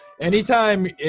Anytime